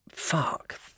fuck